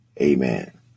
Amen